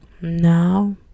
now